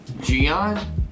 Gian